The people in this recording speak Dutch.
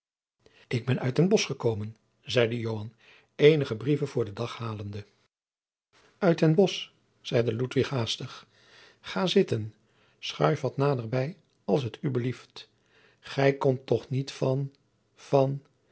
ik ben uit den bosch gekomen zeide joan eenige brieven voor den dag halende uit den bosch zeide ludwig haastig ga zitten schuif wat naderbij als t u belieft gij komt toch niet van van